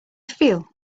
feel